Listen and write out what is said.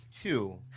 Two